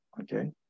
Okay